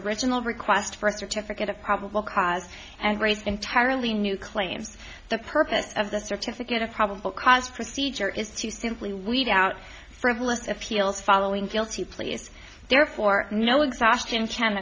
original request for a certificate of probable cause and raised entirely new claims the purpose of the certificate of probable cause procedure is to simply weed out frivolous appeals following fealty pleas therefore no exhaustion c